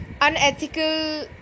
unethical